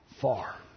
far